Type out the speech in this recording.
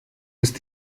ist